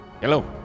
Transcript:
Hello